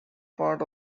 part